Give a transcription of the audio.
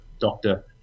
doctor